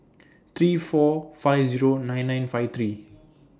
three four five Zero nine nine five three